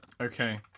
Okay